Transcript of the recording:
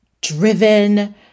driven